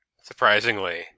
surprisingly